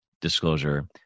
disclosure